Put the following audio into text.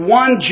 one